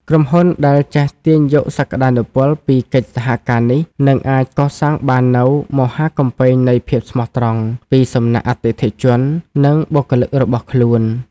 ក្រុមហ៊ុនដែលចេះទាញយកសក្ដានុពលពីកិច្ចសហការនេះ នឹងអាចកសាងបាននូវ "មហាកំពែងនៃភាពស្មោះត្រង់" ពីសំណាក់អតិថិជន និងបុគ្គលិករបស់ខ្លួន។